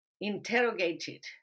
interrogated